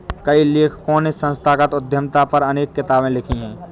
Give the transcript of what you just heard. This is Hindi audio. कई लेखकों ने संस्थागत उद्यमिता पर अनेक किताबे लिखी है